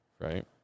Right